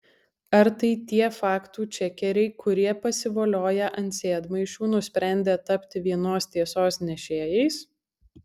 ar tai tie faktų čekeriai kurie pasivolioję ant sėdmaišių nusprendė tapti vienos tiesos nešėjais